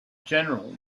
general